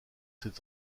cette